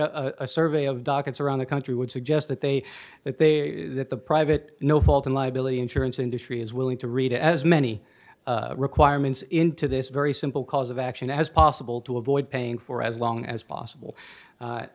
a survey of dockets around the country would suggest that they that they that the private no fault in liability insurance industry is willing to read as many requirements into this very simple cause of action as possible to avoid paying for as long as possible